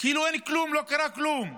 כאילו אין כלום, לא קרה כלום.